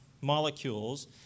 molecules